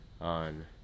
on